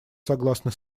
согласна